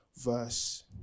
verse